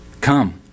Come